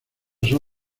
son